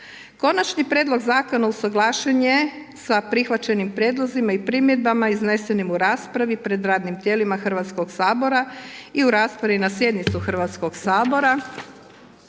Konačni prijedlog zakona usuglašen je sa prihvaćenim prijedlozima i primjedbama iznesenim u raspravi pred radnim tijelima Hrvatskog sabora i u raspravi na sjednici Hrvatskog sabora